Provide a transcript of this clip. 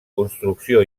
construcció